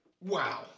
Wow